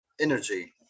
energy